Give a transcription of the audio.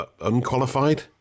Unqualified